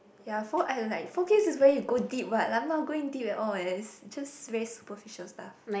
ya four I like four k is very where you go deep [what] I'm not going deep at all eh just very superficial stuff